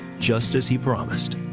just as he promised.